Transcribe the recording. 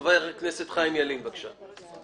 חבר הכנסת חיים ילין, בבקשה.